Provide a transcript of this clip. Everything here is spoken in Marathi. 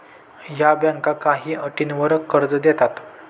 या बँका काही अटींवर कर्ज देतात